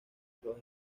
estos